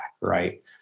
right